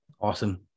awesome